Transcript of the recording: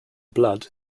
blood